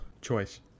choice